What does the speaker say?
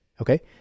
okay